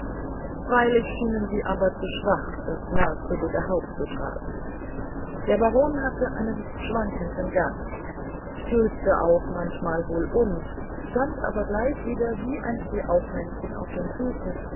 freilich schienen sie aber zu schwach das würdige haupt zu tragen der baron hatte einen schwankenden gang stülpte auch wohl manchmal um stand aber gleich wieder wie ein stehaufmännchen auf den füßen